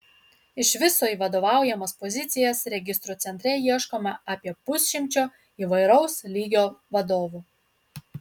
iš viso į vadovaujamas pozicijas registrų centre ieškoma apie pusšimčio įvairaus lygio vadovų